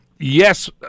Yes